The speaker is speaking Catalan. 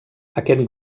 aquest